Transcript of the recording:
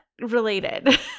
related